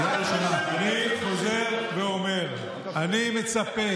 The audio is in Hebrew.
אני חוזר ואומר: אני מצפה